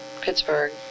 Pittsburgh